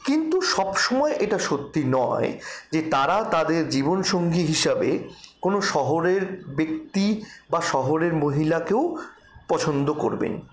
কিন্তু সবসময় এটা সত্যি নয় যে তারা তাদের জীবনসঙ্গী হিসাবে কোনো শহরের ব্যক্তি বা শহরের মহিলাকেও পছন্দ করবেন